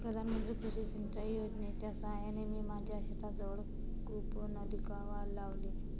प्रधानमंत्री कृषी सिंचाई योजनेच्या साहाय्याने मी माझ्या शेताजवळ कूपनलिका लावली